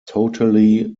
totally